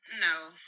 No